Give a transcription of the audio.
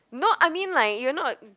no I mean like you're not